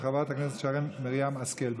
של חברת הכנסת שרן מרים השכל.